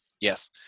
yes